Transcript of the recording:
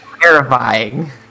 Terrifying